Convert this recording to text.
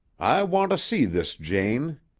i want to see this jane,